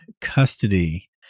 custody